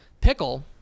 Pickle